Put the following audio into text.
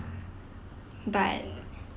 but